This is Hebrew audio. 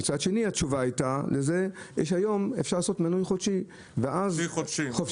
התשובה לזה הייתה שהיום אפשר לעשות מנוי חופשי-חודשי